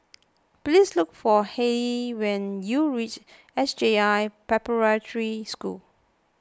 please look for Hayley when you reach S J I Preparatory School